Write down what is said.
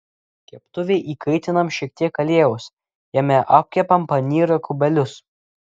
keptuvėj įkaitinam šiek tiek aliejaus jame apkepam panyro kubelius